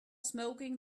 smoking